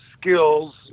skills